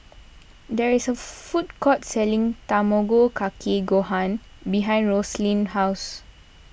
there is a food court selling Tamago Kake Gohan behind Rosaline's house